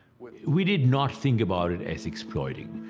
we did not think about it as exploiting,